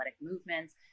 movements